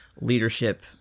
leadership